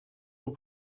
pour